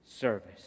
service